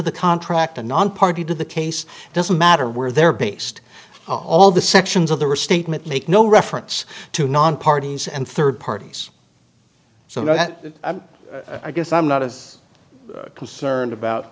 the contract and nonparty to the case doesn't matter where they're based all the sections of the restatement make no reference to non parties and third parties so now that i guess i'm not as concerned about